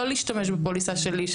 ואני בוחרת לא להשתמש בפוליסה שלי,